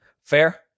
Fair